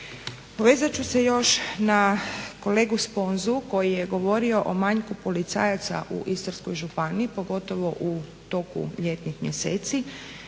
Dovezat ću se još na kolegu Sponzu koji je govorio o manjku policajaca u Istarskoj županiji pogotovo u toku ljetnih mjeseci.